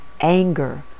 anger